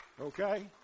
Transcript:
Okay